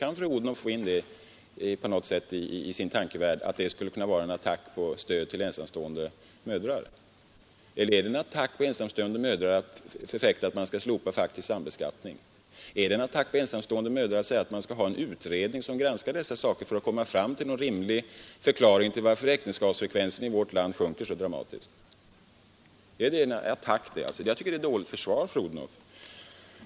Kan fru Odhnoff få in det i sin tankevärld? Är det en attack mot stödet till ensamstående mödrar att förfäkta att man bör slopa den faktiska sambeskattningen? Är det en attack mot stödet till ensamstående mödrar att begära en utredning i syfte att få en rimlig förklaring till att äktenskapsfrekvensen i vårt land sjunker så dramatiskt? Jag tycker att det är ett dåligt försvar, fru Odhnoff.